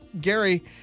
Gary